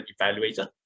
evaluator